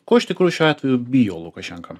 ko iš tikrųjų šiuo atveju bijo lukašenka